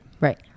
right